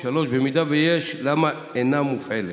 3. אם ישנה, למה אינה מופעלת?